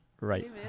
Right